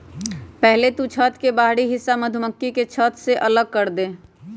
पहले तु छत्त के बाहरी हिस्सा मधुमक्खी के छत्त से अलग करदे